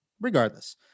Regardless